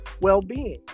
well-being